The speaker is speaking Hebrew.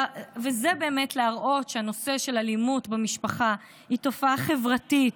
וזה באמת כדי להראות שהנושא של אלימות במשפחה הוא תופעה חברתית,